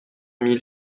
mille